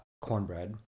Cornbread